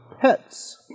pets